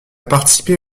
participé